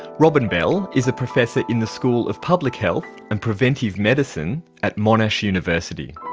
robin bell is a professor in the school of public health and preventive medicine at monash university.